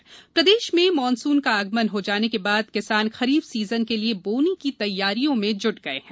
बोवनी प्रदेश में मॉनसून का आगमन हो जाने के बाद किसान खरीफ सीजन के लिये बोवनी की तैयारियों में जुट गये हैं